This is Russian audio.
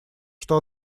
что